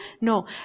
No